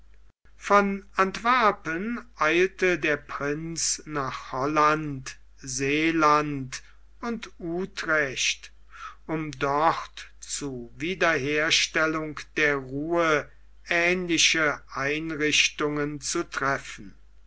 von antwerpen eilte der prinz nach holland seeland und utrecht um dort zu wiederherstellung der ruhe ähnliche einrichtungen zu treffen